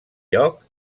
lloc